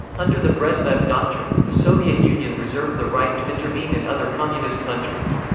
under the brezhnev doctrine, the soviet union reserved the right to intervene in other communist countries.